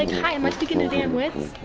like hi am i speaking to dan witts?